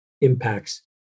impacts